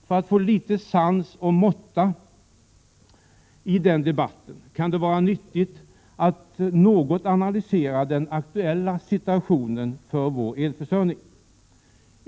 För att få litet sans och måtta i den debatten kan det vara nyttigt att något analysera den aktuella situationen för vår elförsörjning.